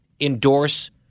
endorse